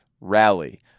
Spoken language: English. rally